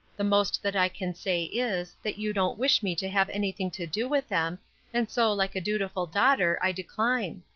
the most that i can say is, that you don't wish me to have anything to do with them and so, like a dutiful daughter, i decline.